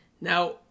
Now